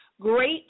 great